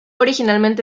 originalmente